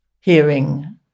hearing